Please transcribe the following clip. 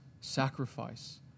sacrifice